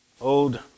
Old